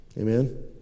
amen